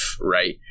Right